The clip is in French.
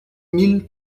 mille